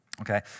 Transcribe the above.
Okay